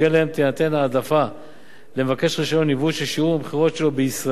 תינתן העדפה למבקש רשיון ייבוא ששיעור המכירות שלו בישראל,